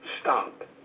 stop